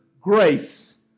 grace